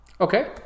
Okay